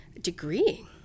degree